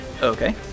Okay